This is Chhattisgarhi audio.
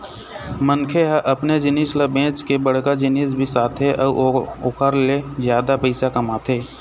मनखे ह अपने जिनिस ल बेंच के बड़का जिनिस बिसाथे अउ ओखर ले जादा पइसा कमाथे